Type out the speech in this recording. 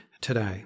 today